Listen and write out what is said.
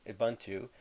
Ubuntu